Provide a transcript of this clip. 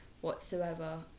whatsoever